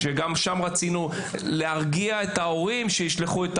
שגם שם רצינו להרגיע את ההורים שישלחו.